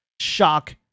shock